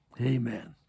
Amen